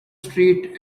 street